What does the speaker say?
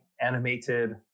animated